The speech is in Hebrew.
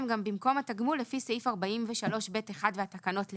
במקום התגמול לפי סעיף 43(ב)(1) והתקנות לפיו,